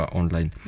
online